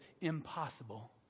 impossible